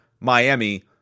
Miami